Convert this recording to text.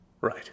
Right